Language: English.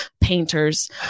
painters